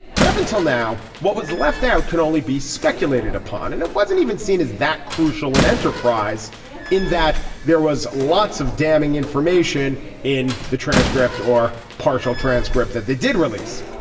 but up until now what was left out can only be speculated upon and it wasn't even seen as that crucial and enterprise in that there was lots of damning information in the transcript or partial transcript that they did release.